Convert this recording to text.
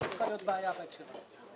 לא צריכה להיות בעיה בהקשר הזה.